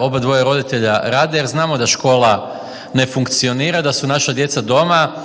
obadvoje roditelja rade jer znamo da škola ne funkcionira, da su naša djeca doma.